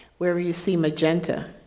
wherever you see magenta,